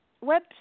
web